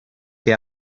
que